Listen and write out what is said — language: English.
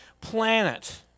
planet